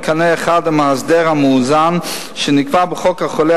בקנה אחד עם ההסדר המאוזן שנקבע בחוק החולה